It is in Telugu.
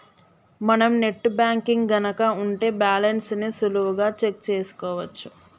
మనం నెట్ బ్యాంకింగ్ గనక ఉంటే బ్యాలెన్స్ ని సులువుగా చెక్ చేసుకోవచ్చు